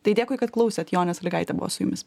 tai dėkui kad klausėt jonė sąlygaitė buvo su jumis